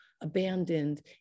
abandoned